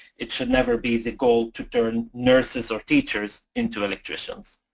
it should never be the goal to turn nurses or teachers into electricians.